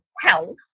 health